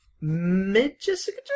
mid-Jessica